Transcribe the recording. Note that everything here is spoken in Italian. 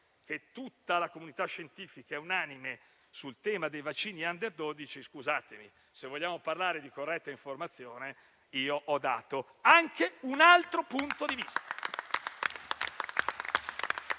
che tutta la comunità scientifica sia unanime sul tema dei vaccini agli *under* dodici. Se vogliamo parlare di corretta informazione, io ho dato anche un altro punto di vista.